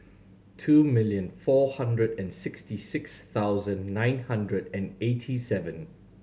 two million four hundred and sixty six thousand nine hundred and eighty seven